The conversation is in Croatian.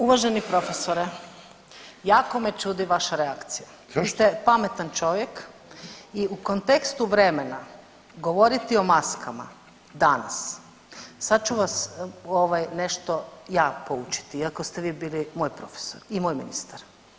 Uvaženi profesore jako me čudi vaša reakcija [[Upadica: Zašto?]] vi ste pametan čovjek i u kontekstu vremena govoriti o maskama danas, sad ću vas ovaj nešto ja poučiti iako ste vi bili moj profesor i moj ministar.